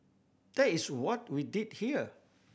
that is what we did here